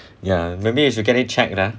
ya maybe you should get it check lah